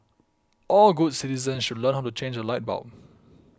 all good citizens should learn how to change a light bulb